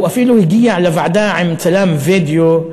הוא אפילו הגיע לוועדה עם צלם וידיאו.